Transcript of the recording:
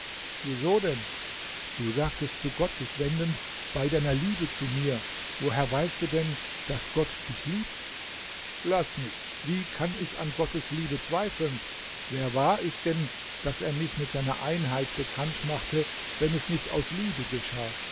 wieso denn du sagtest zu gott dich wendend bei deiner liebe zu mir woher weißt du denn daß gott dich liebt laß mich wie kann ich an gottes liebe zweifeln wer war ich denn daß er mich mit seiner einheit bekannt machte wenn es nicht aus liebe geschah